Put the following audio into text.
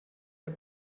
der